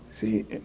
See